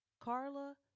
Carla